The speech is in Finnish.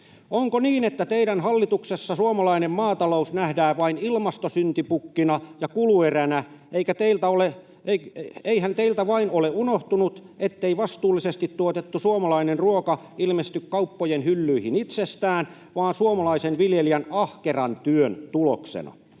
Onko niin, että teidän hallituksessanne suomalainen maatalous nähdään vain ilmastosyntipukkina ja kulueränä? Eihän teiltä vain ole unohtunut, ettei vastuullisesti tuotettu suomalainen ruoka ilmesty kauppojen hyllyihin itsestään, vaan suomalaisen viljelijän ahkeran työn tuloksena?